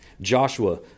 Joshua